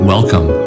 Welcome